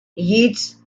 yeats